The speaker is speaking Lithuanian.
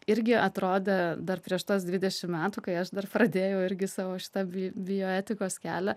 irgi atrodė dar prieš tuos dvidešim metų kai aš dar pradėjau irgi savo šitą bioetikos kelią